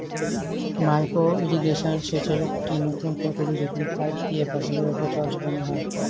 micro irrigation সেচের একটি নতুন পদ্ধতি যেখানে পাইপ দিয়ে ফসলের উপর জল ছড়ানো হয়